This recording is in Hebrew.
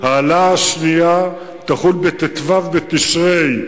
ההעלאה השנייה תחול בט"ו בתשרי,